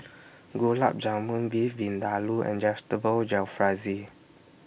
Gulab Jamun Beef Vindaloo and Vegetable Jalfrezi